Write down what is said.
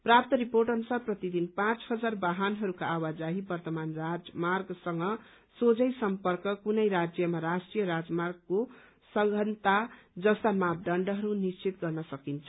प्राप्त रिपोर्ट अनुसार प्रतिदिन पाँच हजार वाहनहरूको आवाजाही वर्तमान राजमार्गसँग सोझै सम्पर्क कुनै राज्यमा राष्ट्रीय राजमार्गको सधनता जस्ता मापदण्डहरू निश्चित गर्न सकिनछ